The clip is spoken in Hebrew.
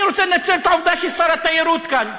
אני רוצה לנצל את העובדה ששר התיירות כאן,